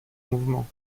mouvement